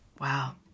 Wow